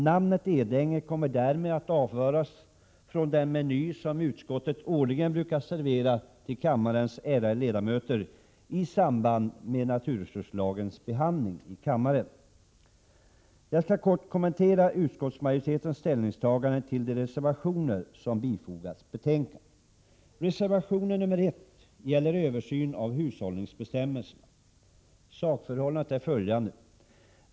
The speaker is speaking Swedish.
Namnet Edänge kommer därmed att avföras från den meny som utskottet årligen brukar presentera för kammarens ärade ledamöter i samband med naturresurslagens behandling i kammaren. Jag skall helt kort kommentera utskottsmajoritetens ställningstagande till de reservationer som fogats till betänkandet. Reservation 1 gäller översyn av hushållningsbestämmelserna i NRL. Sakförhållandet är följande.